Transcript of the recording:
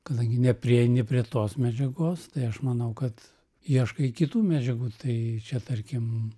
kadangi neprieini prie tos medžiagos tai aš manau kad ieškai kitų medžiagų tai čia tarkim